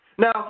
Now